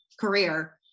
career